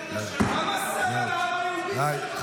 כמה סבל העם היהודי צריך עוד לסבול?